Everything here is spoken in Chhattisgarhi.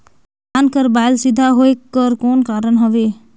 धान कर बायल सीधा होयक कर कौन कारण हवे?